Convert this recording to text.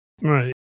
Right